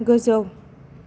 गोजौ